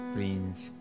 Prince